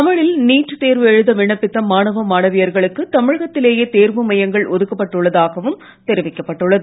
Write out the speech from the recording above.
தமிழில் நீட் தேர்வு எழுத விண்ணப்பித்த மாணவ மாணவியர்களுக்கு தமிழகத்திலேயே தேர்வு மையங்கள் ஒதுக்கப்பட்டு உள்ளதாகவும் தெரிவிக்கப்பட்டு உள்ளது